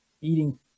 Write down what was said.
eating